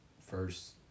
first